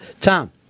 Tom